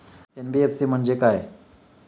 NBFC म्हणजे काय?